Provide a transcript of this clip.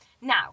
Now